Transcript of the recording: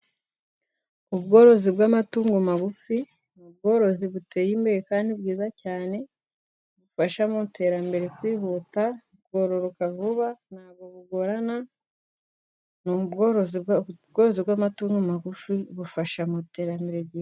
Ubworozi bw'amatungo magufi ni ubworozi buteye imbere kandi bwiza cyane bufasha mu iterambere kwihuta. Bwororoka vuba ntabwo bugorana ni ubworozi bw'amatungo magufi bufasha mu iterambere.